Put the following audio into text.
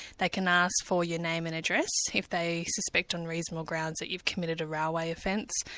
they can ask for your name and address if they suspect on reasonable grounds that you've committed a railway offence.